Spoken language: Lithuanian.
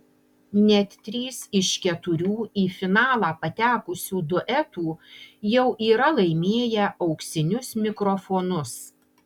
net trys iš keturių į finalą patekusių duetų jau yra laimėję auksinius mikrofonus